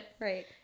Right